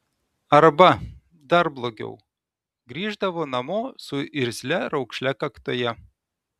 arba dar blogiau grįždavo namo su irzlia raukšle kaktoje